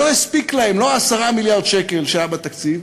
שלא הספיקו להם לא 10 מיליארד השקל שהיו בתקציב,